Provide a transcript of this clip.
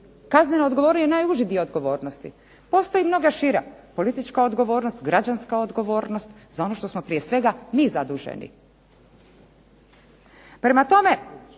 Kaznena odgovornost je najuži dio odgovornosti. Postoje mnogo šira. Politička odgovornost, građanska odgovornost za ono što smo prije svega mi zaduženi. Prema tome,